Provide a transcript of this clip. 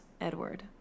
edward